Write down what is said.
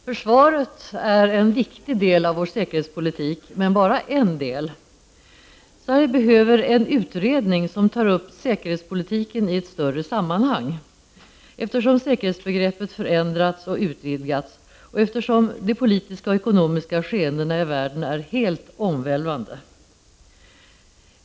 Herr talman! Försvaret är en viktig del av vår säkerhetspolitik, men det utgör bara en del. Sverige behöver en utredning som tar upp säkerhetspolitiken i ett större sammanhang, eftersom säkerhetsbegreppet förändrats och utvidgats och eftersom de politiska och ekonomiska skeendena i världen är helt omvälvande.